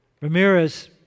ramirez